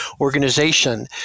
organization